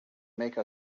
make